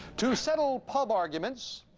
to settle pub arguments,